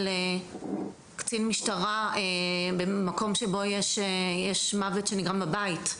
קצין משטרה במקום שבו יש מוות שנגרם בבית.